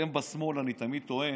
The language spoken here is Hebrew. אתם בשמאל, אני תמיד טוען,